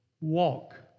Walk